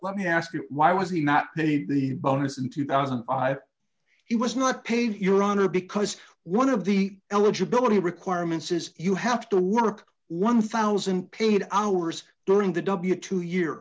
let me ask you why was he not the bonus in two thousand he was not paid your honor because one of the eligibility requirements is you have to work one thousand paid hours during the w two year